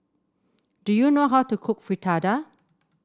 do you know how to cook Fritada